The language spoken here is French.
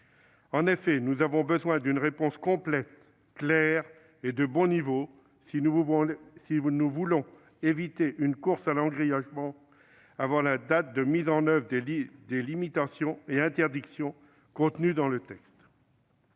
En effet, nous avons besoin d'une réponse complète, claire et de bon niveau, si nous voulons éviter une course à l'engrillagement avant la date de mise en oeuvre des limitations et interdictions contenues dans le texte.